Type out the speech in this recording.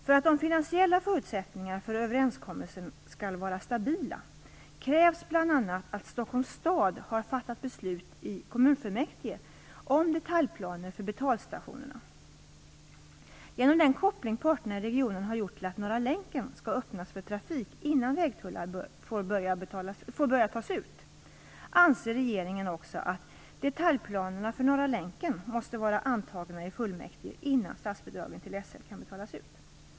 För att de finansiella förutsättningarna för överenskommelsen skall vara stabila, krävs bl.a. att Stockholms stad har fattat beslut i kommunfullmäktige om detaljplaner för betalstationerna. Genom den koppling parterna i regionen har gjort till att Norra länken skall ha öppnats för trafik innan vägtullar får börja tas ut, anser regeringen också att detaljplanerna för Norra länken måste vara antagna i fullmäktige innan statsbidragen till SL kan betalas ut.